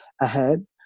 ahead